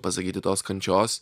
pasakyti tos kančios